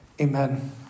Amen